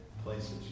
places